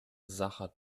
sacher